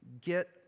get